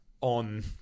on